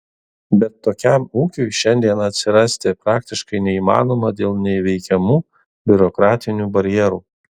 bet tokiam ūkiui šiandien atsirasti praktiškai neįmanoma dėl neįveikiamų biurokratinių barjerų